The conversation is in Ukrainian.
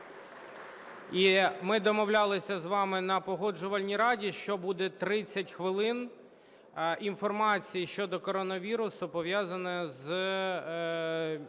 І ми домовлялися з вами на Погоджувальній раді, що буде 30 хвилин інформації щодо коронавірусу, пов'язаної з